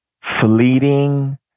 Fleeting